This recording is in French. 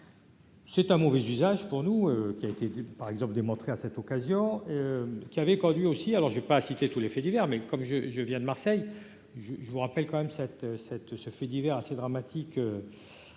C'est un mauvais usage pour nous, qui a été dit par exemple démontré à cette occasion, qui avait conduit aussi, alors j'ai pas citer tous les faits divers, mais comme je : je viens de Marseille je vous rappelle quand même cette cette ce fait divers assez dramatique